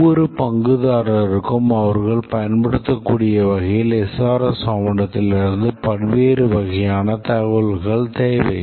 ஒவ்வொரு பங்குதாரருக்கும் அவர்கள் பயன்படுத்தக்கூடிய வகையில் SRS ஆவணத்திலிருந்து பல்வேறு வகையான தகவல்கள் தேவை